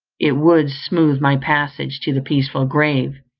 it would smooth my passage to the peaceful grave,